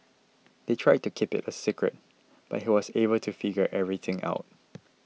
they tried to keep it a secret but he was able to figure everything out